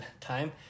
time